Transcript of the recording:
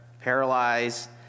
paralyzed